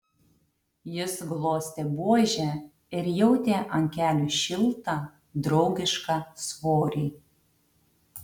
jis glostė buožę ir jautė ant kelių šiltą draugišką svorį